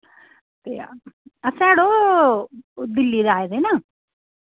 असें अड़ो दिल्ली दा आए दे ना